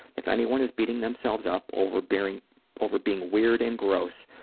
if anyone is beating themselves up over being over being weird and gross,